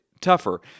tougher